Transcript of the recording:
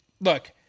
look